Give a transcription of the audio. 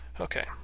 Okay